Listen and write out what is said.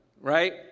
right